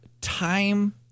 time